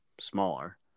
smaller